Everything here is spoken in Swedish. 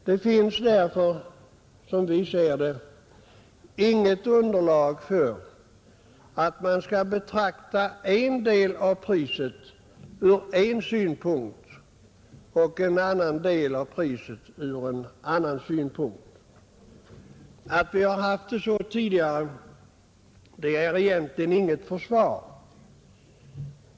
Det finns därför, som vi ser det, inget underlag för att man skall betrakta en del av priset från en synpunkt och en annan del av priset från en annan synpunkt. Att vi har haft det så tidigare är egentligen inte något försvar.